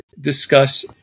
discuss